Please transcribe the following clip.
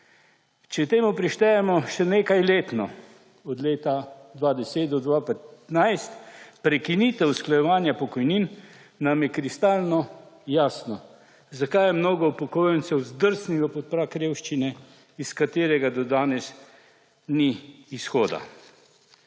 Če temu prištejemo še nekajletno (od leta 2015 do 2010) prekinitev usklajevanja pokojnin, nam je kristalno jasno, zakaj je mnogo upokojencev zdrsnilo pod prag revščine, iz katerega do danes ni izhoda.